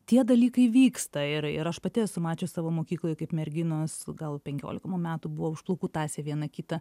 tie dalykai vyksta ir ir aš pati esu mačius savo mokykloj kaip merginos gal penkiolika man metų buvo už plaukų tąsė viena kitą